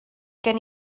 gen